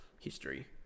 history